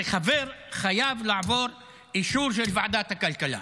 זה חייב לעבור אישור של ועדת הכלכלה,